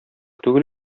түгел